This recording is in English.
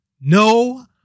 no